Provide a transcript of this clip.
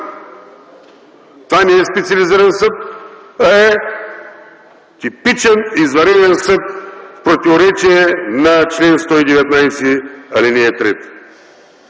това не е специализиран съд, а е типичен извънреден съд в противоречие на чл. 119, ал. 3.